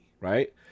Right